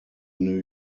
new